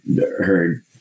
heard